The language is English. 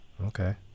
Okay